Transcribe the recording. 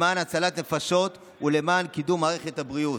למען הצלת נפשות ולמען קידום מערכת הבריאות.